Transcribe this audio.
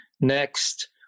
next